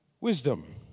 wisdom